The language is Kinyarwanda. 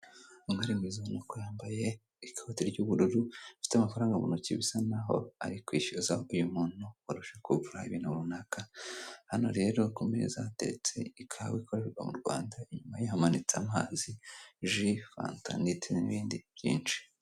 Umwari mwiza ubona ko yambaye ikote ry'ubururu ufite amafaranga mu ntoki bisa nk'aho ari kwishyuza uyu muntu kurusha kugura ibintu runaka, hano rero ku meza hateretse ikawa ikorerwa mu Rwanda inyuma ye hamanitse amazi, ji, fanta, ndetse n'ibindi byinshi.